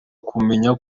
kumenya